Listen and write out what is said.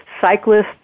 cyclists